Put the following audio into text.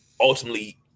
ultimately